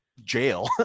jail